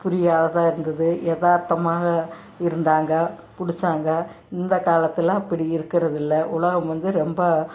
புரியாததாக இருந்தது எதார்த்தமாக இருந்தாங்க புடிச்சாங்க இந்த காலத்தில் அப்படி இருக்கிறதில்ல உலகம் வந்து ரொம்ப